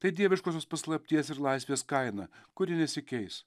tai dieviškosios paslapties ir laisvės kaina kuri nesikeis